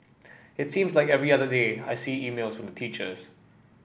it seems like every other day I see emails from the teachers